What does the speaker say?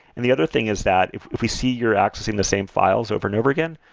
and the other thing is that if if we see you're accessing the same files over and over again,